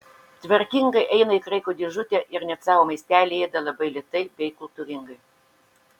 tvarkingai eina į kraiko dėžutę ir net savo maistelį ėda labai lėtai bei kultūringai